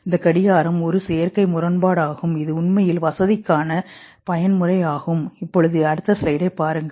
இந்த கடிகாரம் ஒரு செயற்கை முரண்பாடாகும் இது உண்மையில் வசதிக்கான பயன்முறையாகும்